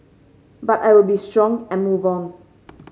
but I will be strong and move on